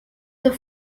the